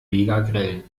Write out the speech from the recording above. megagrell